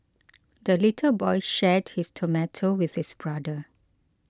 the little boy shared his tomato with his brother